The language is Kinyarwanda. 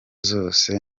zose